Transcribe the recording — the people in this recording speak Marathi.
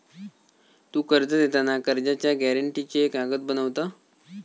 तु कर्ज देताना कर्जाच्या गॅरेंटीचे कागद बनवत?